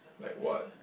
like what